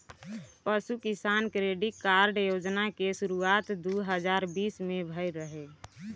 पशु किसान credit card योजना के शुरुआत दू हज़ार बीस में भइल रहे